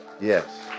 Yes